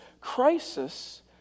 crisis